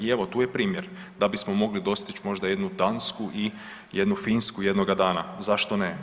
I evo tu je primjer da bismo mogli dostić možda jednu Dansku i jednu Finsku jednoga dana, zašto ne.